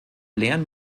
lernen